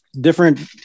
different